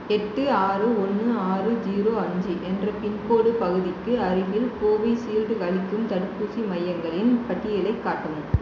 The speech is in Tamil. எட்டு ஆறு ஒன்று ஆறு ஜீரோ அஞ்சு என்ற பின்கோட் பகுதிக்கு அருகில் கோவிஷீல்டு அளிக்கும் தடுப்பூசி மையங்களின் பட்டியலைக் காட்டவும்